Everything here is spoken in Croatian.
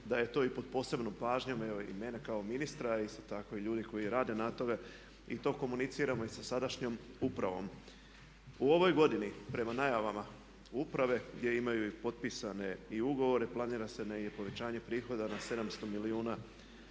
da je i to pod posebnom pažnjom evo i mene kao i ministra i isto tako i ljude koji rade na tome i to komuniciramo i sa sadašnjom upravom. U ovoj godini prema najavama uprave gdje imaju i potpisane i ugovore planira se negdje povećanje prihoda na 700 milijuna